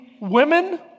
women